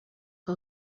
que